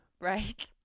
Right